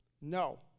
No